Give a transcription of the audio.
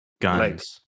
Guns